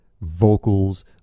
vocals